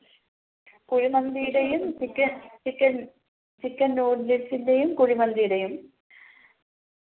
കുഴിമന്തിയുടെയും chicken chicken chicken നൂഡിൽസിൻറ്റേയും കുഴിമന്തിയുടെയും